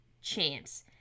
champs